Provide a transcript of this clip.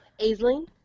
Aisling